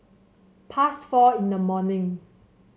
past four in the morning